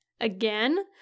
again